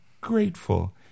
grateful